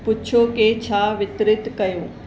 पुछो के छा वितरित कयउ